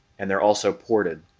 and they're also ported